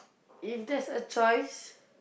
if there's a choice